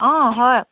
অঁ হয়